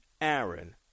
Aaron